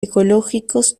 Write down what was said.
ecológicos